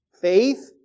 Faith